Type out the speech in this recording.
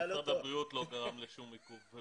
שמשרד הבריאות לא גרם לעיכוב.